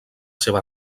seva